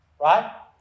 Right